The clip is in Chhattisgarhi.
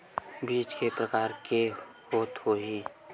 बीज के प्रकार के होत होही?